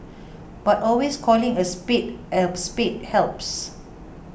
but always calling a spade a spade helps